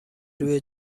روی